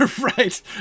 right